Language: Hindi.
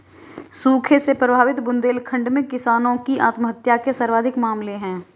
सूखे से प्रभावित बुंदेलखंड में किसानों की आत्महत्या के सर्वाधिक मामले है